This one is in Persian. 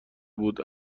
بود